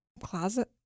closet